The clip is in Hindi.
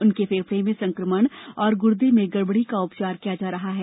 उनके फेफड़े में संक्रमण और गुर्दे में गड़बड़ी का उपचार किया जा रहा है